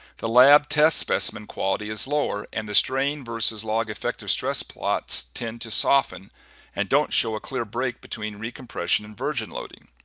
the lab test specimen quality is lower and the strain versus log effective stress plots tend to soften and don't show a clear break between recompression and virgin loading.